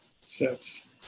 sets